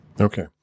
Okay